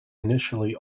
initially